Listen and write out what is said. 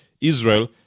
Israel